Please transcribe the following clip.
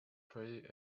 pretty